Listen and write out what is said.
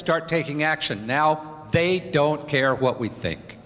start taking action now they don't care what we think